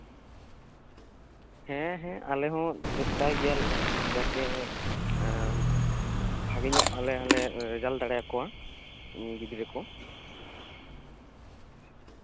ᱦᱮᱸ ᱦᱮᱸ ᱟᱞᱮ ᱦᱚ ᱪᱮᱥᱴᱟᱭ ᱜᱮᱭᱟᱞᱮ ᱡᱟᱛᱮ ᱟᱞᱮ ᱵᱷᱟᱜᱮ ᱧᱚᱜ ᱟᱞᱮ ᱞᱮ ᱨᱮᱥᱟᱞᱴ ᱧᱚᱜ ᱠᱚᱣᱟ ᱜᱤᱫᱽᱨᱟᱹ ᱠᱚ